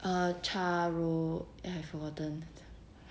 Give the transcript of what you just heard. eh cha ru eh I forgotten